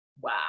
Wow